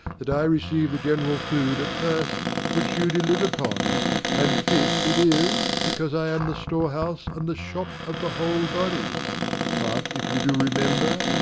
that i receive the general food at first which you do live upon and fit it is, because i am the storehouse and the shop of the whole body but, if you do remember,